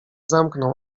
zamknął